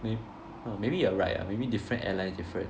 uh maybe you are right ya maybe different airlines different